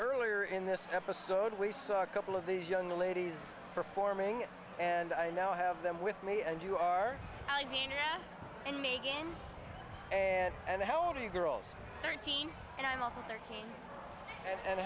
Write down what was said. earlier in this episode we saw a couple of these young ladies performing and i now have them with me and you are i mean and megan and and how old are you girls thirteen and i'm also thirteen and